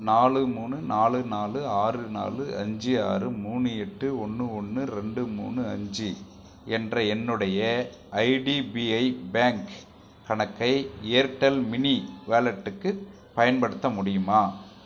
நாலு மூணு நாலு நாலு ஆறு நாலு அஞ்சு ஆறு மூணு எட்டு ஒன்று ஒன்று ரெண்டு மூணு அஞ்சு என்ற என்னுடைய ஐடிபிஐ பேங்க் கணக்கை ஏர்டெல் மினி வாலெட்டுக்கு பயன்படுத்த முடியுமா